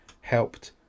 helped